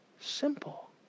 simple